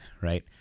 right